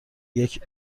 لیگ